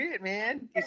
man